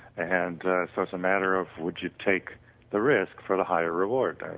and so it's a matter of would you take the risk for the higher reward,